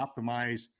Optimize